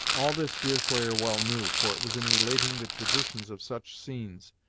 all this deerslayer well knew, for it was in relating the traditions of such scenes,